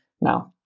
now